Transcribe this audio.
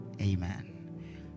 Amen